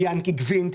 מינקי קוינט,